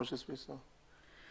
מעונות היום יש שלוש סוגי מסגרות.